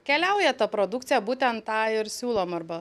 keliauja ta produkcija būtent tą ir siūlom arba